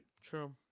True